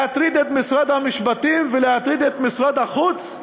להטריד את משרד המשפטים ולהטריד את משרד החוץ?